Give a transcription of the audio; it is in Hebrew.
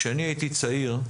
כשאני הייתי צעיר,